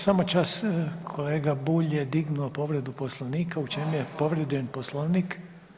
Samo čas, kolega Bulj je dignuo povredu Poslovnika, u čem je povrijeđen Poslovnik?